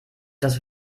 das